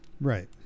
Right